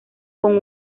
con